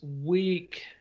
week